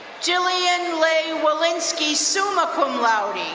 jillian lay willinsky, summa cum laude.